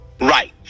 Right